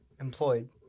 Employed